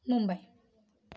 Mumbai